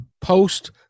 post